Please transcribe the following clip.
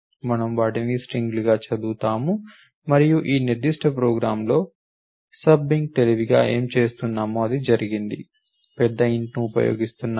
మనము వాటిని స్ట్రింగ్లుగా చదువుతాము మరియు ఈ నిర్దిష్ట ప్రోగ్రామ్లో కొంచెం తెలివిగా చేయబడినది పెద్ద int ని ఉపయోగిస్తున్నారా